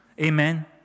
Amen